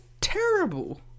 terrible